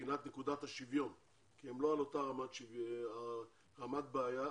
מבחינת נקודת השוויון כי הם לא על אותה רמת בעייתיות.